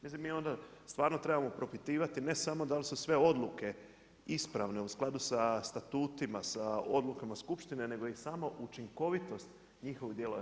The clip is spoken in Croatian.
Mislim i onda stvarno trebamo propitivati, ne samo dal su sve odluke ispravne u skladu sa statutima, sa odlukama skupštine, nego i sama učinkovitost njihovog dijela.